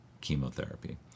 chemotherapy